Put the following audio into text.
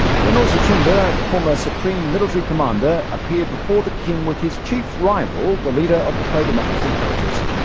general suchinda, the former supreme military commander, appeared before the king with his chief rival, the leader of the pro-democracy protest,